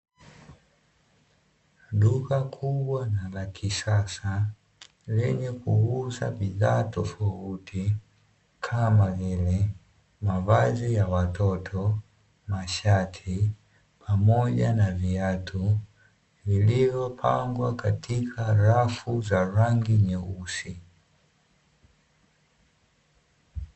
Duka kubwa na la kisasa lenye kuuza bidhaa tofauti kama vile mavazi ya watoto, mashati pamoja na viatu vilivyopangwa katika rafu za rangi nyeusi.